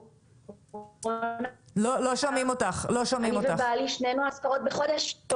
--- אני ובעלי שנינו משכורת בחודש.